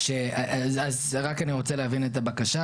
אני רוצה להבין את הבקשה,